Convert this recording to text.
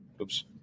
Oops